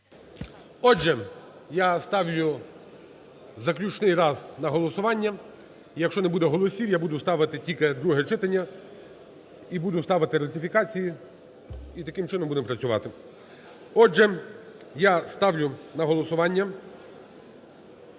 Отже, я ставлю заключний раз на голосування. Якщо не буде голосів, я буду ставити тільки друге читання. І буду ставити ратифікації. І таким чином будемо працювати. Отже, я ставлю на голосування